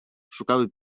szukały